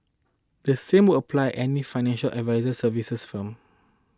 the same will apply any financial advisory services firm